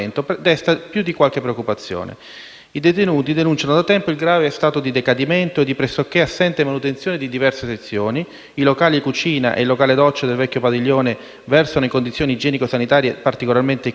I detenuti denunciano da tempo il grave stato di decadimento e di pressoché assente manutenzione di diverse sezioni; i locali cucina e il locale docce del vecchio padiglione versano in condizioni igienico-sanitarie particolarmente critiche, con la presenza di muffe,